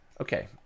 Okay